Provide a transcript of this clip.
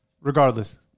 Regardless